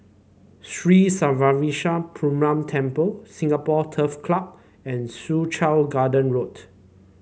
Three Srinivasa Perumal Temple Singapore Turf Club and Soo Chow Garden Road